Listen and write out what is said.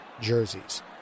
jerseys